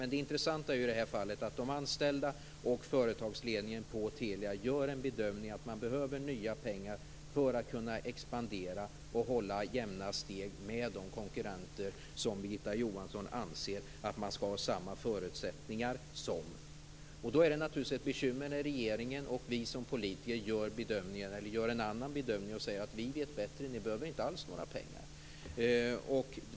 Men det intressanta i det här fallet är att de anställda och företagsledningen på Telia gör bedömningen att man behöver nya pengar för att kunna expandera och hålla jämna steg med de konkurrenter som Birgitta Johansson anser att man skall ha samma förutsättningar som. Då är det naturligtvis ett bekymmer när regeringen och vi som politiker gör en annan bedömning och säger: Vi vet bättre. Ni behöver inte alls några pengar.